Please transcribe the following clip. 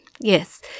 Yes